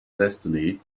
destiny